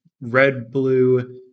red-blue